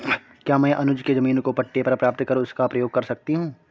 क्या मैं अनुज के जमीन को पट्टे पर प्राप्त कर उसका प्रयोग कर सकती हूं?